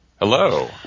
Hello